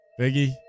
Biggie